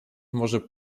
może